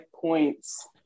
points